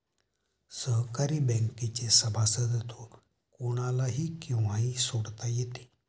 सहकारी बँकेचे सभासदत्व कोणालाही केव्हाही सोडता येते